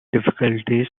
difficulties